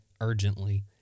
urgently